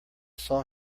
saw